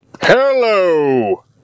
Hello